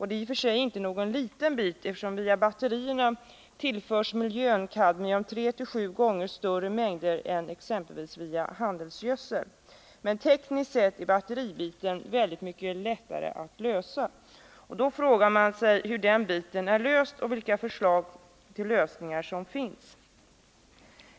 Det är i och för sig inte någon liten bit, eftersom miljön via batterierna tillförs tre till sju gånger mera kadmium än exempelvis via handelsgödsel. Men tekniskt sett är problemen med batteribiten oerhört mycket lättare att lösa, och då frågar man sig vilka förslag till lösningar som finns när det gäller den biten.